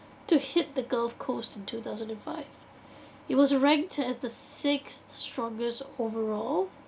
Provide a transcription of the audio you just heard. to hit the gulf coast in two thousand and five it was ranked as the sixth strongest overall